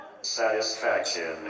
satisfaction